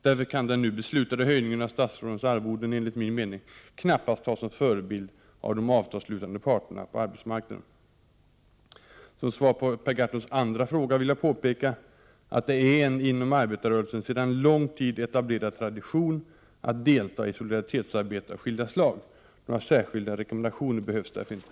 Därför kan den nu beslutade höjningen av statsrådens arvoden enligt min mening knappast tas som förebild av de avtalsslutande parterna på arbetsmarknaden. Som svar på Per Gahrtons andra fråga vill jag påpeka att det är en inom arbetarrörelsen sedan lång tid etablerad tradition att delta i solidaritetsarbete av skilda slag. Några särskilda rekommendationer behövs därför inte.